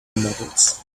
models